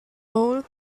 mole